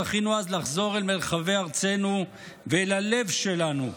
זכינו אז לחזור אל מרחבי ארצנו ואל הלב שלנו,